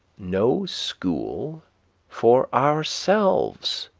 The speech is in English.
no school for ourselves.